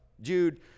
Jude